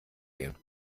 gehen